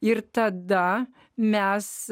ir tada mes